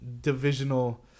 divisional